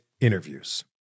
interviews